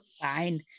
Fine